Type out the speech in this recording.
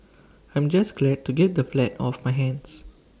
I'm just glad to get the flat off my hands